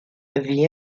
the